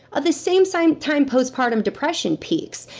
the same same time postpartum depression peaks.